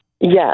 Yes